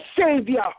Savior